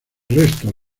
resto